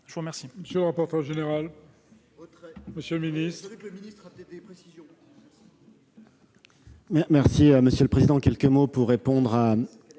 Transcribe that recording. Je vous remercie,